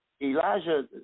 Elijah